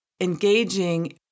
engaging